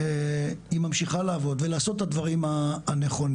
היא ממשיכה לעבוד ולעשות את הדברים הנכונים.